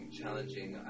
challenging